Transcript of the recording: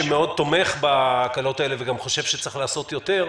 שמאוד תומך בהקלות האלה וגם חושב שצריך לעשות יותר,